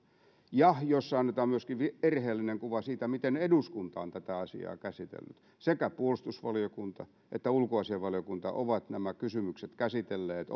ja jossa annetaan myöskin erheellinen kuva siitä miten eduskunta on tätä asiaa käsitellyt sekä puolustusvaliokunta että ulkoasiainvaliokunta ovat nämä kysymykset käsitelleet